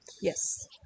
Yes